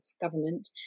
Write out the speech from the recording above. government